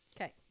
Okay